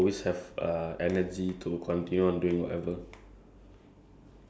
ya I think to me I want to like not be tired at all